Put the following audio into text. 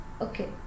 okay